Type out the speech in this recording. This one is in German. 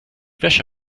wäsche